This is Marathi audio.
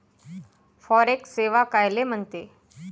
फॉरेक्स सेवा कायले म्हनते?